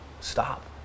stop